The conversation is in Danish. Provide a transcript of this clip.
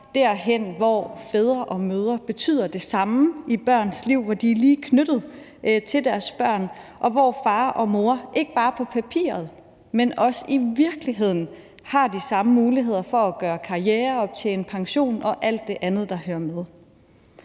derhen, hvor fædre og mødre betyder det samme i børns liv, hvor de er lige meget knyttet til deres børn, og hvor far og mor ikke bare på papiret, men også i virkeligheden har de samme muligheder for at gøre karriere, optjene pension og alt det andet, der hører med?